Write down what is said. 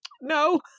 no